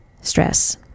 stress